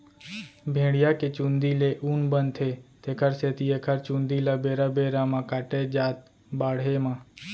भेड़िया के चूंदी ले ऊन बनथे तेखर सेती एखर चूंदी ल बेरा बेरा म काटे जाथ बाड़हे म